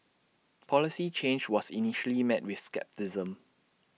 the policy change was initially met with scepticism